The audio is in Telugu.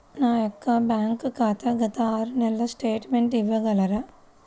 నా యొక్క బ్యాంక్ ఖాతా గత ఆరు నెలల స్టేట్మెంట్ ఇవ్వగలరా?